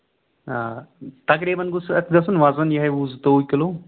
آ تَقریٖباً گوٚژھ اَتھ گژھُن وَزن یِہوٚے وُہ زٕتووُہ کِلوٗ